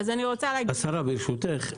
ברשותך,